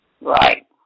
Right